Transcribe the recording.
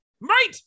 right